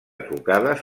trucades